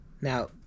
now